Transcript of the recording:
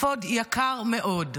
אפוד יקר מאוד,